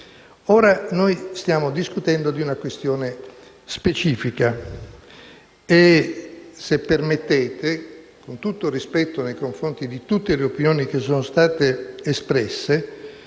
Ora stiamo discutendo di una questione specifica e, se permettete, con tutto il rispetto nei confronti delle varie opinioni che sono state espresse,